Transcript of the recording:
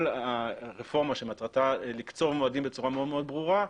הרפורמה שמטרתה לקצוב מועדים בצורה מאוד מאוד ברורה,